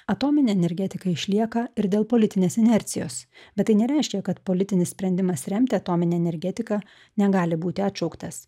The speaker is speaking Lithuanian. atominė energetika išlieka ir dėl politinės inercijos bet tai nereiškia kad politinis sprendimas remti atominę energetiką negali būti atšauktas